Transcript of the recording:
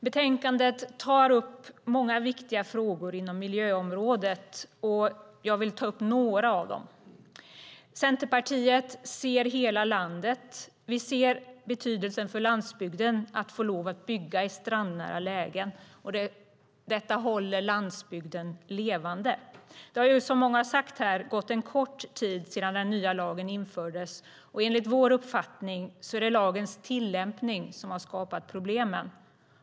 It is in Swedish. Betänkandet tar upp många viktiga frågor inom miljöområdet, och jag vill ta upp några av dem. Centerpartiet ser hela landet. Vi ser betydelsen för landsbygden av att få lov att bygga i strandnära lägen. Detta håller landsbygden levande. Det har gått en kort tid sedan den nya lagen infördes, och enligt vår uppfattning är det lagens tillämpning som har skapat problemen.